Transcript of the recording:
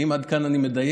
האם עד כאן אני מדייק?